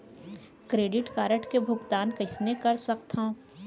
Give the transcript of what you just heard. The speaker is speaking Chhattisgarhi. क्रेडिट कारड के भुगतान कईसने कर सकथो?